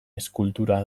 eskultura